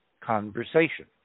conversation